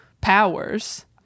powers